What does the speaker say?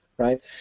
right